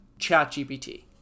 ChatGPT